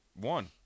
One